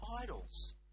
idols